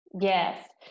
Yes